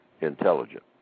intelligent